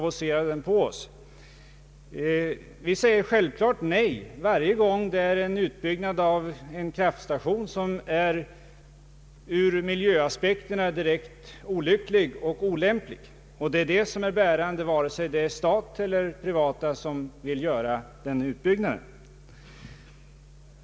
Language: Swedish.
Vi säger självklart nej varje gång det gäller en utbyggnad av en kraftstation som ur miljövårdssynpunkt är direkt olycklig och olämplig. Det är bärande för vårt ställningstagande, vare sig det är staten eller privata företag som vill göra utbyggnaden.